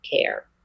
care